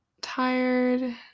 tired